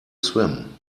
swim